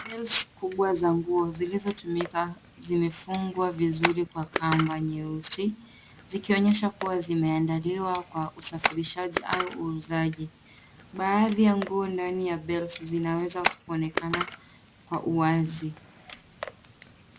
Bales kubwa za nguo zilizotumika zimefungwa vizuri kwa kamba nyeusi zikionyesha kuwa zimeandaliwa kwa usafirishaji au uuzaji. Baadhi ya nguo ndani ya bales zinaweza kuonekana kwa uwazi.